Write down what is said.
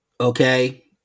okay